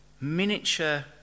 miniature